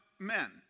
Men